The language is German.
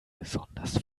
besonders